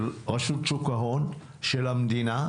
של רשות שוק ההון ושל המדינה,